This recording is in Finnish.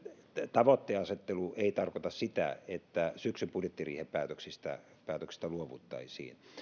tavoitteenasettelu ei tarkoita sitä että syksyn budjettiriihen päätöksistä päätöksistä luovuttaisiin